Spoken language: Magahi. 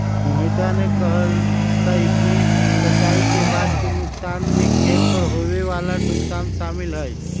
मोहितवा ने कहल कई कि कटाई के बाद के नुकसान में खेत पर होवे वाला नुकसान शामिल हई